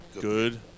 Good